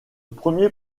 premier